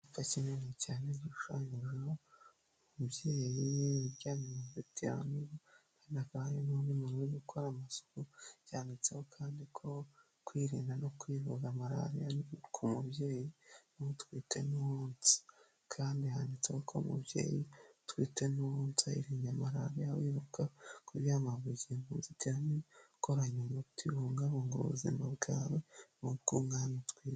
Akantu gushushanyije umubyeyi uryamye mu nzitiramibu hari n'umuntu uri gukora amasuku, cyanditseho kandi ko kwirinda no kwivuza malariya ari ku mubyeyi umutwite kandi handitseho ko umubyeyi utwite n'uwonsa malariya wibuka kuryama burigihe mu nzitiramibu ikoranye umuti bibungabunga ubuzima bwawe n'ubw'umwana utwite.